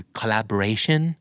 collaboration